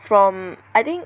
from I think